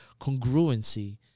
congruency